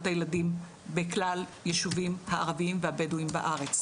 הילדים בכלל היישובים הערביים והבדואים בארץ,